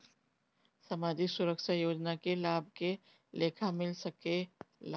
सामाजिक सुरक्षा योजना के लाभ के लेखा मिल सके ला?